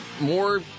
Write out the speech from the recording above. more